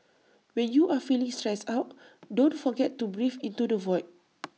when you are feeling stressed out don't forget to breathe into the void